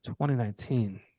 2019